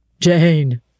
Jane